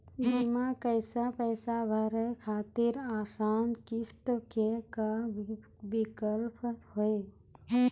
बीमा के पैसा भरे खातिर आसान किस्त के का विकल्प हुई?